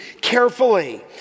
carefully